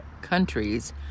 countries